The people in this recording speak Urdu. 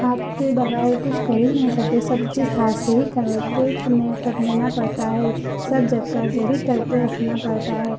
ہاتھ کے بغیر کچھ کر ہی نہیں سکتے سب چیز ہاتھ سے ہی کر کے کر لینا پڑتا ہے سب جب کہ جبھی کر کے رکھنا پڑتا ہے